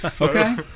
okay